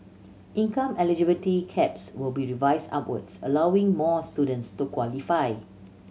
income eligibility caps will be revised upwards allowing more students to qualify